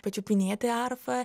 pačiupinėti arfą